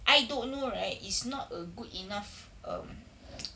I don't know right is not a good enough um